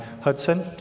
Hudson